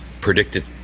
predicted